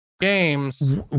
games